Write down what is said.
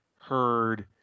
heard